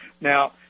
Now